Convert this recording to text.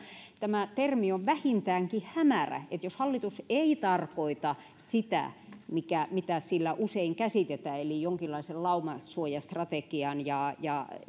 tämä termi on vähintäänkin hämärä jos hallitus ei tarkoita sitä mitä sillä usein käsitetään eli jonkinlaisen laumasuojastrategian